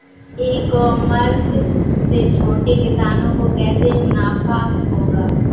ई commerce से छोटे किसानों को कैसे मुनाफा होगा?